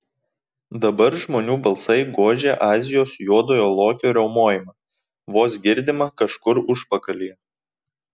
dabar žmonių balsai gožė azijos juodojo lokio riaumojimą vos girdimą kažkur užpakalyje